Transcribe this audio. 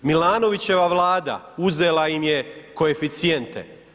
Milanovićeva Vlada uzela im je koeficijente.